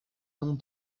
noms